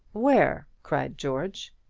where? cried george.